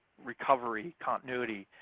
recovery, continuity.